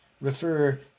refer